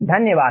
धन्यवाद